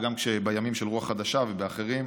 גם בימים של רוח חדשה ואחרים.